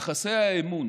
יחסי האמון